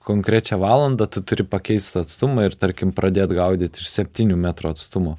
konkrečią valandą tu turi pakeist atstumą ir tarkim pradėt gaudyt iš septynių metrų atstumo